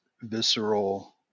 visceral